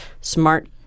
Smart